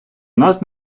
нас